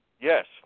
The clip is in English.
Yes